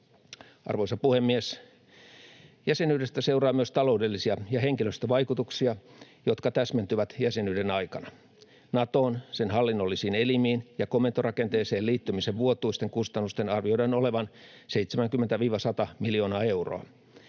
Arvoisa puhemies! Jäsenyydestä seuraa myös taloudellisia ja henkilöstövaikutuksia, jotka täsmentyvät jäsenyyden aikana. Natoon, sen hallinnollisiin elimiin ja komentorakenteeseen liittymisen vuotuisten kustannusten arvioidaan olevan 70—100 miljoonaa euroa.